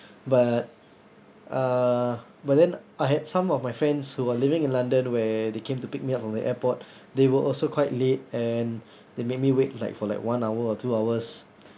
but uh but then I had some of my friends who are living in london where they came to pick me up from the airport they were also quite late and they made me wait like for like one hour or two hours